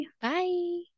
bye